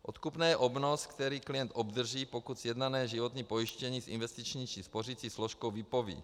Odkupné je obnos, který klient obdrží, pokud sjednané životní pojištění s investiční či spořicí složkou vypoví.